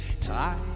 Tied